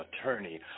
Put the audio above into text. attorney